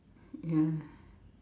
ya